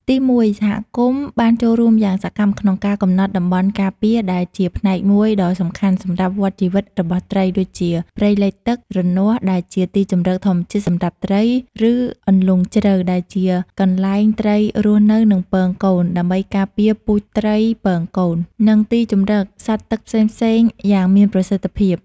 ទីមួយ សហគមន៍បានចូលរួមយ៉ាងសកម្មក្នុងការ កំណត់តំបន់ការពារ ដែលជាផ្នែកមួយដ៏សំខាន់សម្រាប់វដ្តជីវិតរបស់ត្រី ដូចជា ព្រៃលិចទឹក រនាស់ ដែលជាទីជម្រកធម្មជាតិសម្រាប់ត្រី ឬ អន្លង់ជ្រៅ ដែលជាកន្លែងត្រីរស់នៅ និងពងកូន ដើម្បីការពារពូជត្រីពងកូន និងទីជម្រកសត្វទឹកផ្សេងៗយ៉ាងមានប្រសិទ្ធភាព។